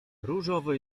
różowy